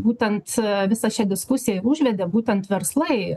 būtent visą šią diskusiją užvedė būtent verslai